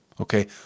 Okay